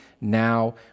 now